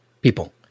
people